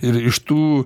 ir iš tų